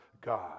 God